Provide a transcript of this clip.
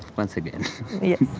once again yes